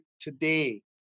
today